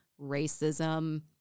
racism